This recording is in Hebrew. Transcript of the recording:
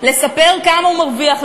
לספר כמה הוא מרוויח,